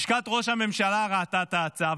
לשכת ראש הממשלה ראתה את ההצעה,